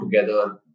together